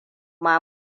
ma